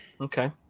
Okay